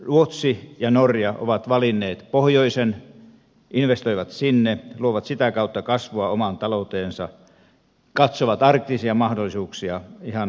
ruotsi ja norja ovat valinneet pohjoisen investoivat sinne luovat sitä kautta kasvua omaan talouteensa katsovat arktisia mahdollisuuksia ihan vakavasti